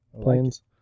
planes